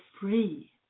free